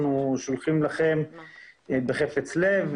אנחנו שולחים לכם כל מה שאתם מבקשים בחפץ לב.